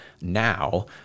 now